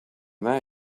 there